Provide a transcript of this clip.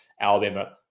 Alabama